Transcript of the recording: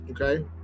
okay